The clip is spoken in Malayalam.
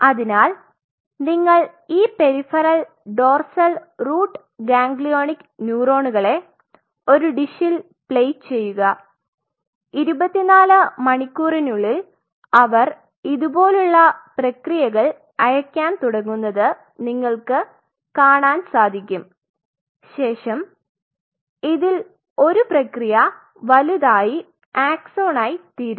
അതിനാൽ നിങ്ങൾ ഈ പെരിഫറൽ ഡോർസൽ റൂട്ട് ഗാംഗ്ലിയോണിക് ന്യൂറോണുകളെ ഒരു ഡിഷിൽ പ്ലേറ്റ് ചെയുക 24 മണിക്കൂറിനുള്ളിൽ അവർ ഇതുപോലുള്ള പ്രക്രിയകൾ അയയ്ക്കാൻ തുടങ്ങുന്നത് നിങ്ങൾക് കാണാൻ സാധിക്കും ശേഷം ഇതിൽ ഒരു പ്രെക്രിയ വലുതായി ആക്സോൺ ആയി തീരും